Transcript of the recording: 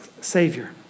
Savior